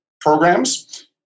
programs